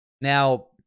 Now